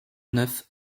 neuf